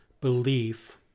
belief